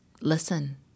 listen